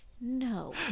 no